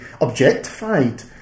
objectified